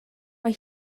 mae